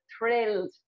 thrilled